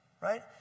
right